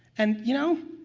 and you know,